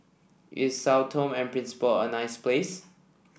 is Sao Tome and Principe a nice place